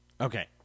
Okay